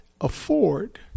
afford